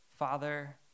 Father